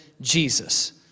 Jesus